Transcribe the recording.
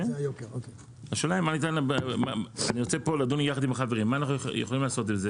מה אפשר לעשות עם זה